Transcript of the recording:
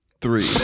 three